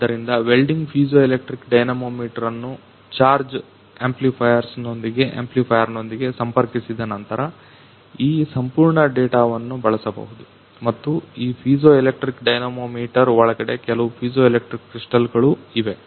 ಆದ್ದರಿಂದ welding piezoelectric dynamometer ಅನ್ನು charge ಆಂಪ್ಲಿಫೈಯರ್ನೊಂದಿಗೆ ಸಂಪರ್ಕಿಸಿದ ನಂತರ ಈ ಸಂಪೂರ್ಣ ಡೇಟಾವನ್ನು ಬಳಸಬಹುದು ಮತ್ತು ಈ ಪೀಜೋಎಲೆಕ್ಟ್ರಿಕ್ ಡೈನಮೋಮೀಟರ್ ಒಳಗೆ ಕೆಲವು ಪೀಜೋಎಲೆಕ್ಟ್ರಿಕ್ ಕ್ರಿಸ್ಟಲ್ ಗಳು ಇವೆ